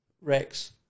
Rex